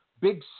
big